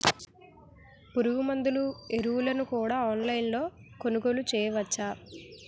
పురుగుమందులు ఎరువులను కూడా ఆన్లైన్ లొ కొనుగోలు చేయవచ్చా?